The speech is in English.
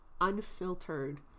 unfiltered